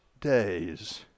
days